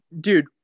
Dude